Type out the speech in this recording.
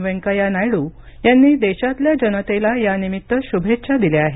वेंकय्या नायडू यांनी देशातल्या जनतेला यानिमित्त शुभेच्छा दिल्या आहेत